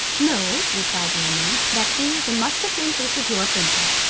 know, replied maimoune, that he is in much the same case as your princess.